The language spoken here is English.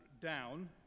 down